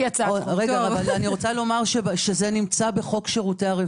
נמצא בחוק שירותי הרווחה.